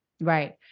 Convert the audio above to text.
right